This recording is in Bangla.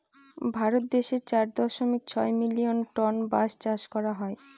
ভারত দেশে চার দশমিক ছয় মিলিয়ন টন বাঁশ চাষ করা হয়